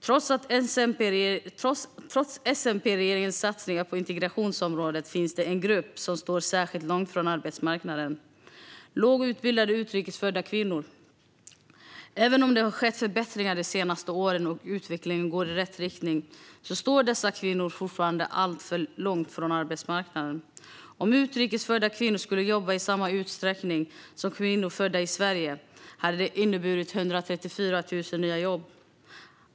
Trots S-MP-regeringens satsningar på integrationsområdet finns det en grupp som står särskilt långt från arbetsmarknaden - lågutbildade utrikesfödda kvinnor. Även om det har skett förbättringar de senaste åren och utvecklingen går i rätt riktning står dessa kvinnor fortfarande alltför långt från arbetsmarknaden. Om utrikesfödda kvinnor skulle jobba i samma utsträckning som kvinnor födda i Sverige skulle det innebära 134 000 nya jobb.